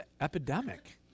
epidemic